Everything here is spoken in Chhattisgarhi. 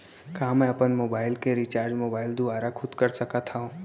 का मैं अपन मोबाइल के रिचार्ज मोबाइल दुवारा खुद कर सकत हव?